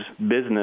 business